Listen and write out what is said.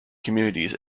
communities